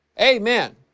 Amen